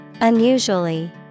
Unusually